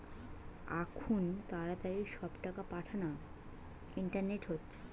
আখুন তাড়াতাড়ি সব টাকা পাঠানা ইন্টারনেটে হচ্ছে